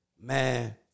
man